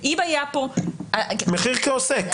מחיר כעוסק.